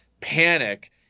Panic